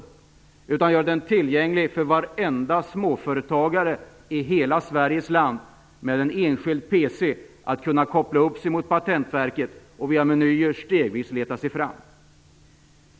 Teknologin skulle göras tillgänglig för varenda småföretagare i hela Sveriges land, så att man med en PC skulle kunna koppla upp sig mot Patentverket och via menyer stegvis leta sig fram.